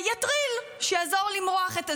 שיטריל, שיעזור למרוח את הזמן.